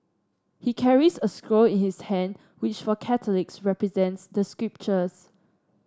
he carries a scroll in his hand which for Catholics represents the scriptures